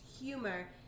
humor